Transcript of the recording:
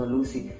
Lucy